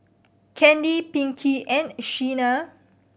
Candy Pinkie and Shena